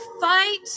Fight